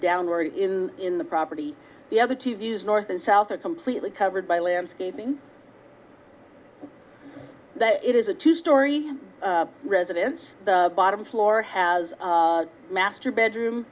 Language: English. down in the property the other two views north and south are completely covered by landscaping that it is a two story residence the bottom floor has master bedroom